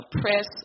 press